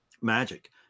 magic